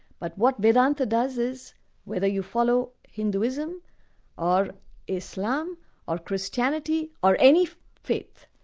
but what vedanta does is whether you follow hinduism or islam or christianity or any faith,